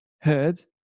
heard